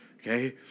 okay